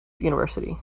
university